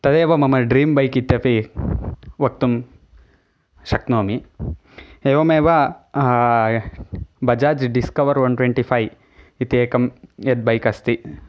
तदेव मम dream bike इत्यपि वक्तुं शक्नोमि एवमेव Bajaj discover one twenty five इति एकं यद् बैक् अस्ति